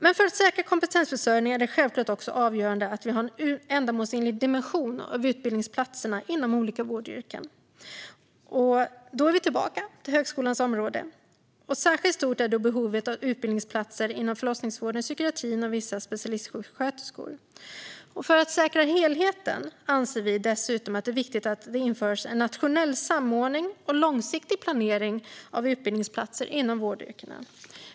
Men för att säkra kompetensförsörjningen är det självklart också avgörande att vi har en ändamålsenlig dimensionering av utbildningsplatserna inom olika vårdyrken. Då är vi tillbaka på högskolans område. Särskilt stort är behovet av utbildningsplatser inom förlossningsvården, psykiatrin och vissa specialistsjuksköterskekompetenser. För att säkra helheten anser vi dessutom att det är viktigt att införa en nationell samordning och långsiktig planering av utbildningsplatser inom vårdyrkena.